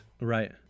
Right